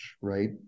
right